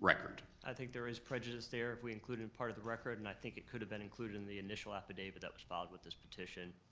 record? i think there is prejudice there if we included part of the record, and i think it could've been included in the initial affidavit that was filed with this petition